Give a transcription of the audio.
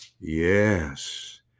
Yes